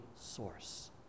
source